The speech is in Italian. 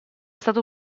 stato